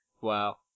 Wow